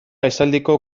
esaldiko